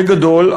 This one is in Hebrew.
בגדול,